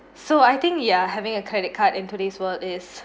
so I think ya having a credit card in today's world is